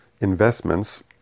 investments